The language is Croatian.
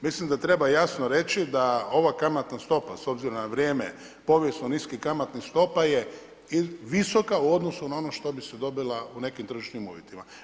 Mislim da treba jasno reći da ova kamatna stopa s obzirom na vrijeme povijesno niskih kamatnih stopa je visoka u odnosu na ono što bi se dobila u nekim tržišnim uvjetima.